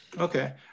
Okay